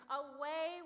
away